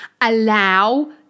allow